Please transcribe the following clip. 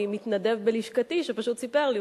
ממתנדב בלשכתי שפשוט סיפר לי.